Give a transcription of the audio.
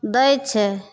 दै छै